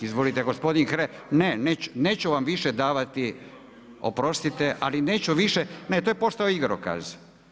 Izvolite gospodin …… [[Upadica se ne čuje.]] Ne, neću vam više davati, oprostite ali neću više …… [[Upadica se ne čuje.]] ne to je postao igrokaz.